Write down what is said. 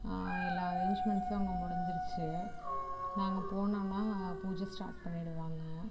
எல்லா அரேஞ்மென்ட்சும் அங்கே முடிஞ்சிடுச்சு நாங்கள் போனோம்னால் பூஜை ஸ்டார்ட் பண்ணிடுவாங்க